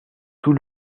tout